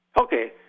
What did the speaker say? Okay